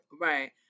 Right